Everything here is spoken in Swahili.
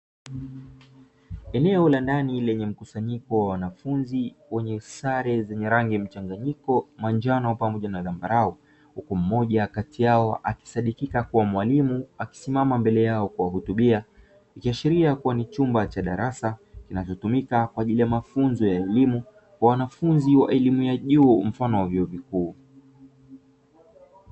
Eneo la ndani lenye mkusanyiko wa wanafunzi, wenye sare zenye rangi mchanganyiko manjano pamoja na zambarao , huku mmoja kati yao akisadikika kuwa mwalimu aliesimama mbele yaokuwahutubia ,ikisadikika kuwa ni chumba cha darasa kinachotumika kwaajili ya mafunzo ya elimu kwa wanafunzi wa elimu ya juu mfano wa vyuo vikuu.